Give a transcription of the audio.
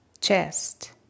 chest